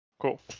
Cool